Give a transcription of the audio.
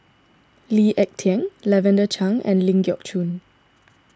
Lee Ek Tieng Lavender Chang and Ling Geok Choon